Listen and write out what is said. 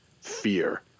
fear